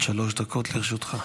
עד שלוש דקות לרשותך.